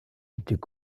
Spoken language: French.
était